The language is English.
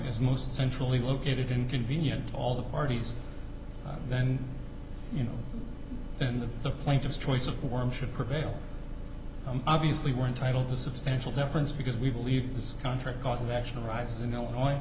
is most centrally located in convenient all the parties then you know then to the point of choice of form should prevail obviously we're entitled to substantial difference because we believe this contract cause of action rises in illinois